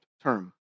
term